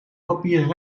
papieren